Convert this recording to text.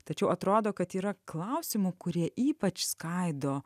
tačiau atrodo kad yra klausimų kurie ypač skaido